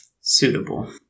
suitable